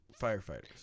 firefighters